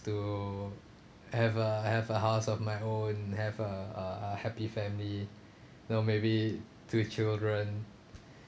to have a have a house of my own have a uh uh happy family you know maybe two children